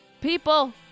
People